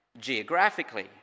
geographically